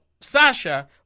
Sasha